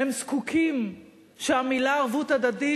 הם זקוקים לכך שהמלים "ערבות הדדית",